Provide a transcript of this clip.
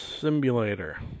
simulator